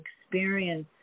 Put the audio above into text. experience